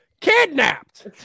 Kidnapped